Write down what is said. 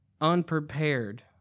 unprepared